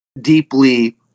deeply